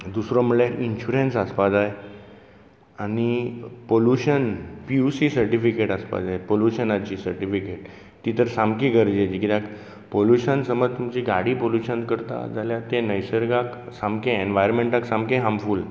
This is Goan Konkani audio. दुसरो म्हळ्यार इंशुरन्स आसपा जाय आनी पोलुशन पीयुसी सर्टिफिकेट आसपा जाय पोलुशनाची सर्टिफिकेट ती तर सामकी गरजेची कित्याक पोलुशन समज तुमची गाडी पोलुशन करता जाल्यार तें नैसर्गाक सामकें एनवायरमॅण्टाक सामकें हार्मफूल